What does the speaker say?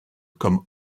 comme